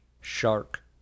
shark